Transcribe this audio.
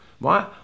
right